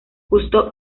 justo